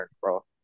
bro